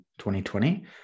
2020